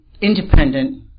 independent